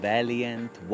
Valiant